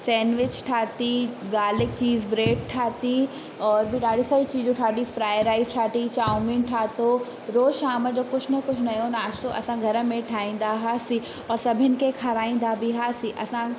sandwich ठाही garlic cheese bread ठाही और बि ॾाढियूं सारियूं फ्राए राइस ठाही चाउमीन ठाहियो रोज़ु शाम जो कुझु न कुझु नयो नाश्तो असां घर में ठाहींदा हुआसीं और सभिनि खे खाराईंदा बि हुआसीं असां